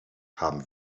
haben